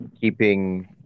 keeping